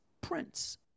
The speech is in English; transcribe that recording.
prince